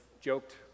joked